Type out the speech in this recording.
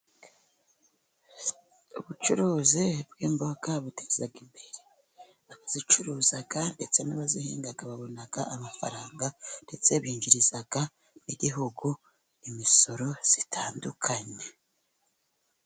Ubucuruzi bw'imboga buteza imbere abazicuruza, ndetse n'abazihinga babona amafaranga, ndetse binjiriza n'igihugu imisoro itandukanye.